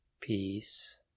Peace